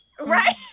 right